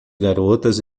garotas